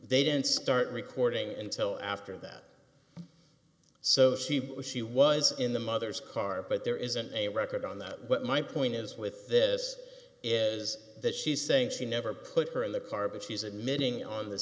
they didn't start recording until after that so she was she was in the mother's car but there isn't a record on that what my point is with this is that she's saying she never put her in the car but she's admitting on the